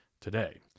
today